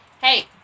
Hey